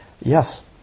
Yes